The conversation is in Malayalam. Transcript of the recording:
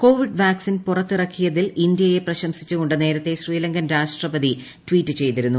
കോവിഡ് വാക്സിൻ പുറത്തിറക്കി യതിൽ ഇന്തൃയെ പ്രശംസിച്ചുകൊണ്ട് നേരത്തെ ശ്രീലങ്കൻ പ്രസിഡന്റ് ട്വീറ്റ് ചെയ്തിരുന്നു